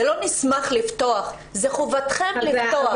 זה לא 'נשמח לפתוח' זה חובתכם לפתוח.